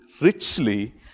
richly